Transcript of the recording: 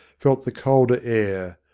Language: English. felt the colder air,